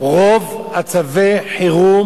אני אומר לך: רוב צווי החירום,